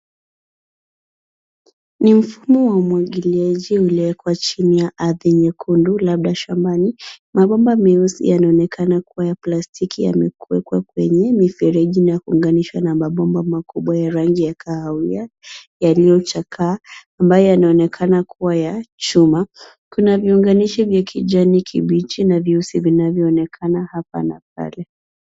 Ni mfumo wa umwagiliaji uliekwa chini ya ardhi nyekundu labda shambani, mabomba meusi yanaonekana kuwa ya plastiki yamewekwa kwenye mifereji na kuunganishwa na mabomba makubwa ya rangi ya kahawia yaliyochakaa ambayo yanaonekana kua ya chuma. Kuna viunganishi vya kijani kibichi na vyeusi vinavyoonekana hapa na pale.